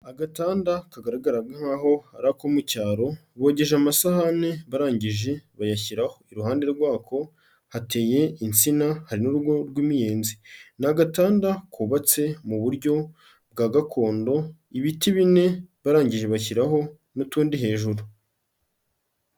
Agatanda kagaragaraga nk'aho iri ako mu cyaro, bogeje amasahane barangije bayashyiraho, iruhande rwako hateye insina, hari n'urugo rw'imiyenzi, ni agatanda kubatse mu buryo bwa gakondo, ibiti bine barangije bashyiraho n'utundi hejuru.